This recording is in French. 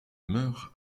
meurt